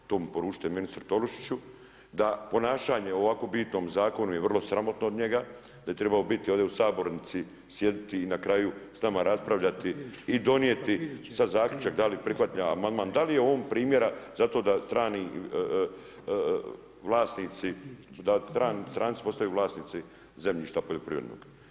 To poručite ministru Tolušiću, da ponašanje o ovako bitnom zakonu je vrlo sramotno od njega, da je trebao biti ovdje u sabornici sjediti i na kraju sa nama raspravljati i donijeti sad zaključak da li prihvaća amandman, da li je on primjera zato da strani vlasnici, da stranci postaju vlasnici zemljišta poljoprivrednog.